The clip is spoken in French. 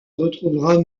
retrouvera